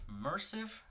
immersive